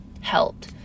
helped